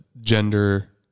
Gender